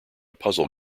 puzzle